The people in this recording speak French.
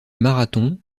marathon